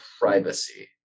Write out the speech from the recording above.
privacy